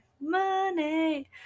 money